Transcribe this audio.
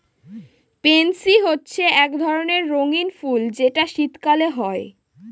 pansy হচ্ছে এক ধরণের রঙ্গীন ফুল যেটা শীতকালে হয়